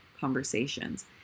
conversations